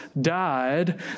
died